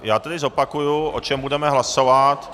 Já tedy zopakuji, o čem budeme hlasovat.